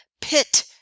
pit